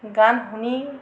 গান শুনি